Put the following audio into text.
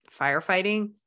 firefighting